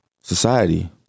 society